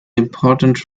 important